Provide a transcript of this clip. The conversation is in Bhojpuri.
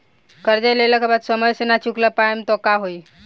कर्जा लेला के बाद समय से ना चुका पाएम त का होई?